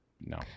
No